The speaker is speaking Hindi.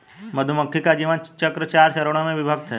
मधुमक्खी का जीवन चक्र चार चरणों में विभक्त है